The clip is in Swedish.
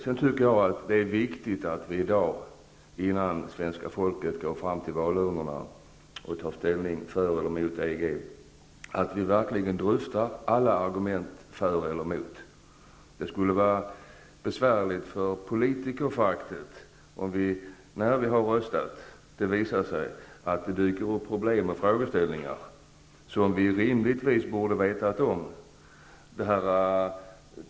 Det är enligt min mening viktigt att vi i dag, innan svenska folket går fram till valurnorna och tar ställning för eller emot EG, verkligen dryftar alla argument för och emot. Det skulle stärka politikerföraktet om det när vi har röstat dyker upp problem och frågeställningar som vi rimligtvis borde ha vetat om tidigare.